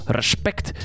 respect